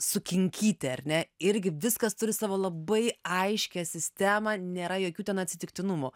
sukinkyti ar ne irgi viskas turi savo labai aiškią sistemą nėra jokių ten atsitiktinumų